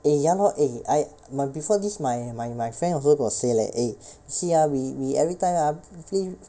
eh ya lor eh I m~ before this my my my friend also got say leh eh see ah we we everytime ah give